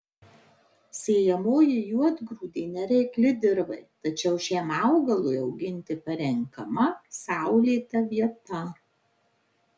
sėjamoji juodgrūdė nereikli dirvai tačiau šiam augalui auginti parenkama saulėta vieta